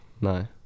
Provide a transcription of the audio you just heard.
No